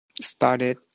started